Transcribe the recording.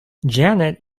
janet